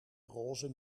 roze